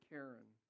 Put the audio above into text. Karen